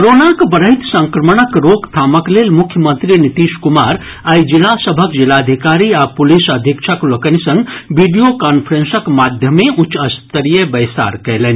कोरोनाक बढ़ैत संक्रमणक रोकथामक लेल मुख्यमंत्री नीतीश कुमार आइ जिला सभक जिलाधिकारी आ पुलिस अधीक्षक लोकनि संग वीडियो कॉन्फ्रेंसक माध्यमे उच्च स्तरीय बैसार कयलनि